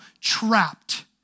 trapped